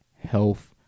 Health